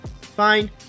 Fine